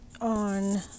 on